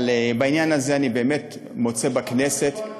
אבל בעניין הזה אני באמת מוצא בכנסת, על